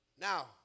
Now